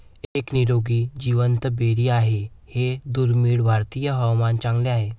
एक निरोगी जिवंत बेरी आहे हे दुर्मिळ भारतीय हवामान चांगले आहे